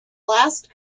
last